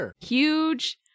huge